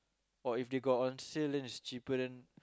or if they got on sale then it's cheaper then